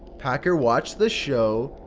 packer watched the show,